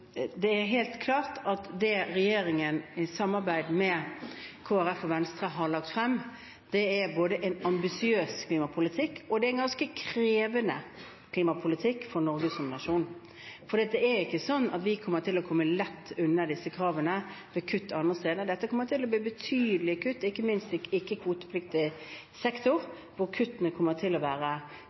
det er helt klart at det regjeringen i samarbeid med Kristelig Folkeparti og Venstre har lagt frem, er både en ambisiøs klimapolitikk og en ganske krevende klimapolitikk for Norge som nasjon. For det er ikke sånn at vi kommer til å komme lett unna disse kravene, ved kutt andre steder. Det kommer til å bli betydelige kutt, ikke minst i ikke-kvotepliktig sektor, hvor kuttene kommer til å være